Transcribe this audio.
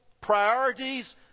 priorities